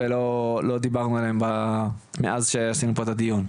ולא דיברנו עליהם מאז שעשינו פה את הדיון.